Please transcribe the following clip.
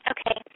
Okay